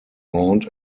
aunt